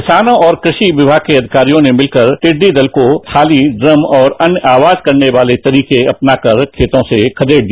किसानों और कृषि विमाग के अधिकारियों ने मिलकर दिड्डी रत को खेतों में थाती हम और अन्य आवाज करने वाले तरीके अपनाकर खेतों से खदेड़ा दिया